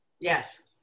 Yes